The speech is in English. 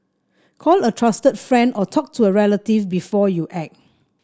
call a trusted friend or talk to a relative before you act